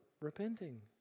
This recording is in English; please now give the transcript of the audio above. repenting